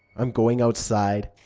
i'm going outside.